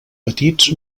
petits